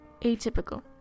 atypical